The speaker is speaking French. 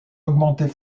augmenter